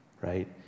Right